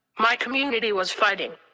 my community was fighting.